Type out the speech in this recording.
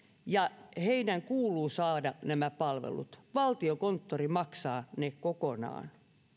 ja heidän kuuluu saada nämä palvelut valtiokonttori maksaa ne kokonaan